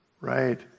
Right